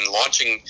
launching